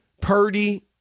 Purdy